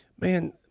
Man